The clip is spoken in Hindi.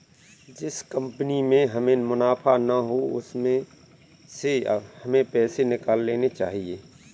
जिस कंपनी में हमें मुनाफा ना हो उसमें से हमें पैसे निकाल लेने चाहिए